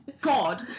God